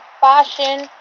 fashion